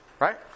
Right